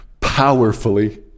powerfully